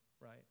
right